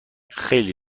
خیلی